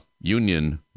union